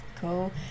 cool